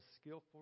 skillful